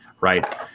Right